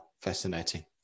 fascinating